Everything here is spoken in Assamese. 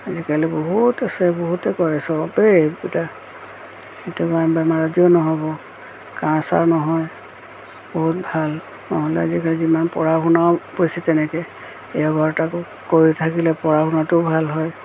আজিকালি বহুত আছে বহুতে কৰে চবেই একোতা সেইটো নাই বেমাৰ আজাৰো নহ'ব কাহ চাহ নহয় বহুত ভাল নহ'লে আজিকালি যিমান পঢ়া শুনা বেছি তেনেকৈ এইবাৰ তাকো কৰি থাকিলে পঢ়া শুনাটোও ভাল হয়